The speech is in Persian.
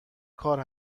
کار